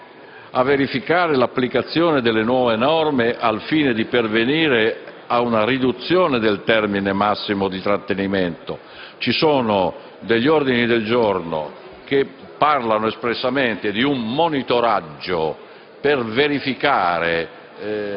a verificare l'applicazione delle nuove norme al fine di pervenire a una riduzione del termine massimo di trattenimento. Ci sono degli ordini del giorno che parlano espressamente di un monitoraggio per verificare